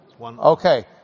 Okay